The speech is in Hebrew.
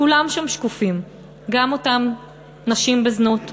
כולם שם שקופים, גם אותן נשים בזנות,